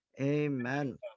Amen